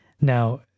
Now